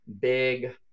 big